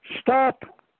stop